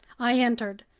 i entered.